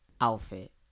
outfit